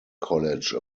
college